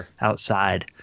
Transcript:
outside